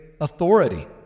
authority